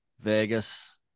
Vegas